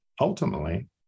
ultimately